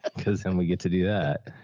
ah cause then we get to do that.